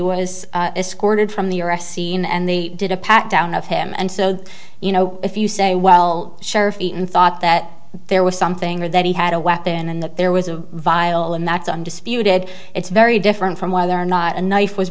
was escorted from the arrest scene and they did a pat down of him and so you know if you say well sheriff eaton thought that there was something there that he had a weapon and that there was a vial and that's undisputed it's very different from whether or not a knife was